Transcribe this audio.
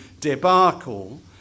debacle